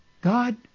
God